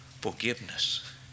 forgiveness